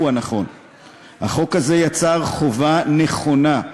החוק הזה יצר חובה נכונה,